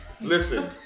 Listen